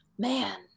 man